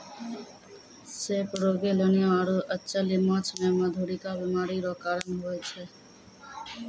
सेपरोगेलनिया आरु अचल्य माछ मे मधुरिका बीमारी रो कारण हुवै छै